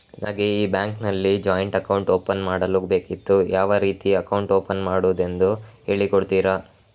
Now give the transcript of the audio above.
ನನಗೆ ಈ ಬ್ಯಾಂಕ್ ಅಲ್ಲಿ ಜಾಯಿಂಟ್ ಅಕೌಂಟ್ ಓಪನ್ ಮಾಡಲು ಬೇಕಿತ್ತು, ಯಾವ ರೀತಿ ಅಕೌಂಟ್ ಓಪನ್ ಮಾಡುದೆಂದು ಹೇಳಿ ಕೊಡುತ್ತೀರಾ?